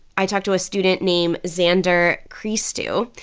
i talked to a student named xander christou.